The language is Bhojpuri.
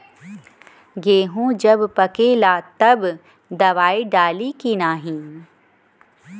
गेहूँ जब पकेला तब दवाई डाली की नाही?